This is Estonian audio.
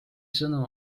sõnul